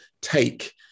take